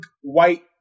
white